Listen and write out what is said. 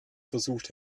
versucht